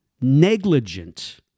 negligent